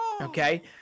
Okay